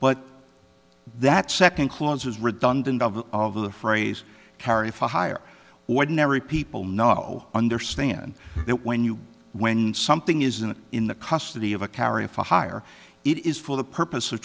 but that second clause is redundant of the of the phrase carry for hire ordinary people know understand that when you when something isn't in the custody of a carrier for hire it is for the purpose of